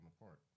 apart